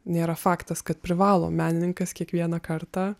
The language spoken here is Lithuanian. nėra faktas kad privalo menininkas kiekvieną kartą